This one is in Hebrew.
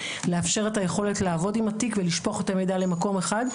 לאפשר את היכולת לעבוד עם התיק ולשפוך את המידע למקום אחד.